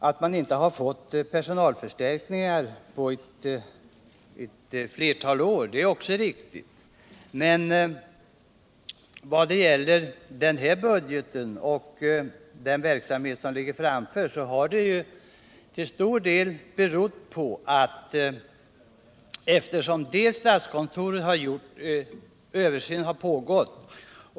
Att den inte har fått personalförstärkningar på flera år är också riktigt. Men i vad gäller den här budgeten och den verksamhet som ligger närmast framför förhåller det sig till stor del så här: Statskontorets översyn har pågått.